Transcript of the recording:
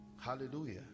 Hallelujah